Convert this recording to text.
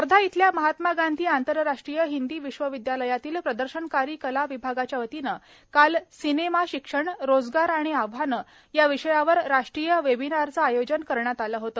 वर्धा इथल्या महात्मा गांधी आंतरराष्ट्रीय हिंदी विश्वविदयालयातील प्रदर्शनकारी कला विभागाच्या वतीने काल सिनेमा शिक्षण रोजगार आणि आव्हाने या विषयावर राष्ट्रीय वेबिनारचे आयोजन करण्यात आले होते